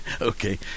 okay